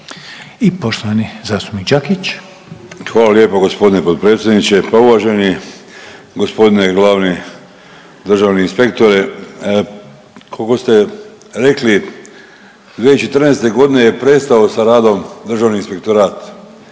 I poštovani zastupnik Đakić. **Đakić, Josip (HDZ)** Hvala lijepo gospodine potpredsjedniče. Pa uvaženi gospodine glavni državni inspektore, koliko ste rekli 2014. godine je prestao sa radom Državni inspektorat.